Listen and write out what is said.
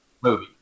movie